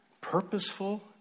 Purposeful